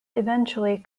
eventually